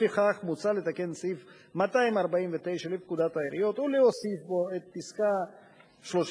לפיכך מוצע לתקן את סעיף 249 לפקודת העיריות ולהוסיף בו את פסקה (33),